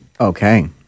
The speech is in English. Okay